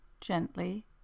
gently